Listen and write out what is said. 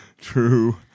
true